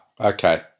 Okay